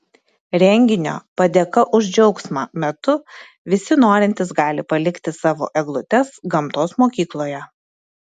renginio padėka už džiaugsmą metu visi norintys gali palikti savo eglutes gamtos mokykloje